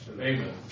Amen